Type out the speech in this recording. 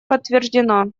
подтверждено